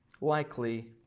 likely